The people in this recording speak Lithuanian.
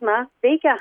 na veikia